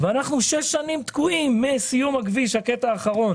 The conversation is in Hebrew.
אנחנו תקועים שש שנים מסיום הקטע האחרון